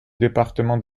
département